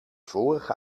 vorige